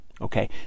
okay